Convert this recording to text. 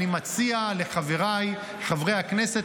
אני מציע לחבריי חברי הכנסת